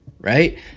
right